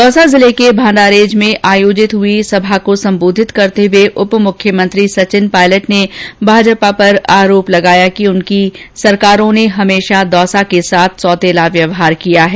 दौसा जिले के भांडारेज में आयोजित हुए सभा को संबोधित करते हुए उपमुख्यमंत्री सचिन पायलट ने भाजपा पर आरोप लगाया कि उनकी सरकारों ने हमेशा दौसा के साथ सौतेला व्यवहार किया है